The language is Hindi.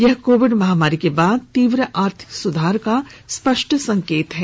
यह कोविड महामारी के बाद तीव्र आर्थिक सुधार का स्पष्ट संकेत है